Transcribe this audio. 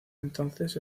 entonces